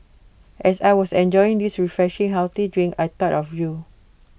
as I was enjoying this refreshing healthy drink I thought of you